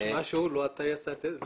יש משהו שלא אתה ייסדת?